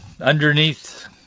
underneath